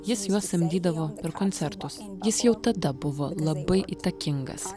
jis juos samdydavo per koncertus jis jau tada buvo labai įtakingas